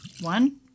One